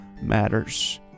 matters